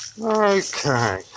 Okay